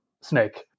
snake